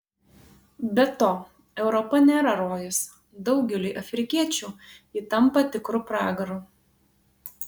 be to europa nėra rojus daugeliui afrikiečių ji tampa tikru pragaru